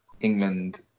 England